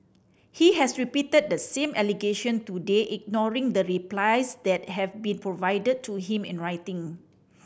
he has repeated the same allegation today ignoring the replies that have been provided to him in writing